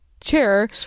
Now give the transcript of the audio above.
chair